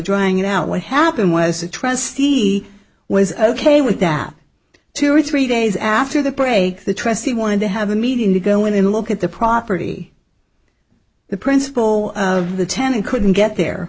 rang out what happened was a trustee was ok with that two or three days after the break the trustee wanted to have a meeting to go in and look at the property the principal of the tenant couldn't get there